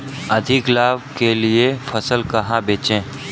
अधिक लाभ के लिए फसल कहाँ बेचें?